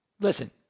listen